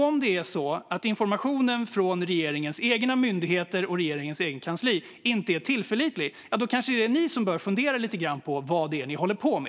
Om det är så att informationen från regeringens egna myndigheter och regeringens eget kansli inte är tillförlitlig är det kanske ni som behöver fundera på vad ni håller på med.